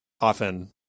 often